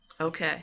Okay